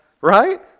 right